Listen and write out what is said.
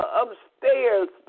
upstairs